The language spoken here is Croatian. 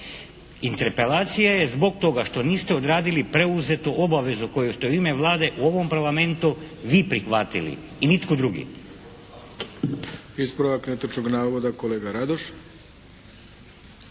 Interpelacija je zbog toga što niste odradili preuzetu obavezu koju ste u ime Vlade u ovom Parlamentu vi prihvatili i nitko drugi. **Arlović, Mato (SDP)** Ispravak netočnog navoda, kolega Radoš.